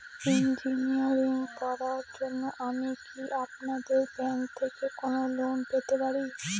Engineering পড়ার জন্য আমি কি আপনাদের ব্যাঙ্ক থেকে কোন লোন পেতে পারি?